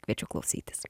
kviečiu klausytis